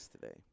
today